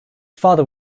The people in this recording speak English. father